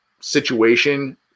situation